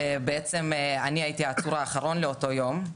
אני הייתי העצור האחרון לאותו יום.